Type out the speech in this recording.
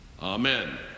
Amen